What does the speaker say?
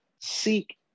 seek